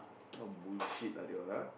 all bullshit ah they all ah